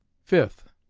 fifth.